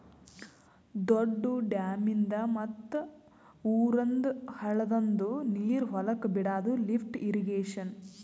ದೊಡ್ದು ಡ್ಯಾಮಿಂದ್ ಮತ್ತ್ ಊರಂದ್ ಹಳ್ಳದಂದು ನೀರ್ ಹೊಲಕ್ ಬಿಡಾದು ಲಿಫ್ಟ್ ಇರ್ರೀಗೇಷನ್